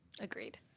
Agreed